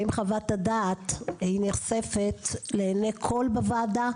האם חוות הדעת היא נחשפת לעיני כל בוועדה?